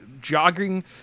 jogging